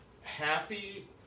happy